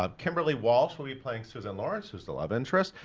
um kimberley walsh will be playing susan lawrence, who's the love interest.